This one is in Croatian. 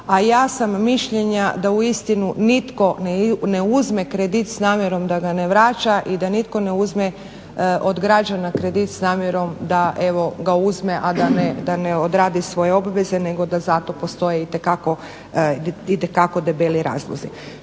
a ja sam mišljenja da uistinu nitko ne uzme kredit s namjerom da ga ne vraća i da nitko ne uzme od građana kredit s namjerom da ga uzme, a da ne odradi svoje obveze nego da zato postoje itekako debeli razlozi.